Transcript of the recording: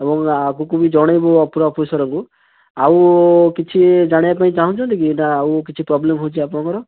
ଏବଂ ଆଗକୁ ବି ଜଣେଇବୁ ଉପର ଅଫିସରଙ୍କୁ ଆଉ କିଛି ଜାଣିବାପାଇଁ ଚାହୁଁଛନ୍ତି କି ଏଇଟା ଆଉ କିଛି ପ୍ରୋବ୍ଲେମ୍ ହେଉଛି ଆପଣଙ୍କର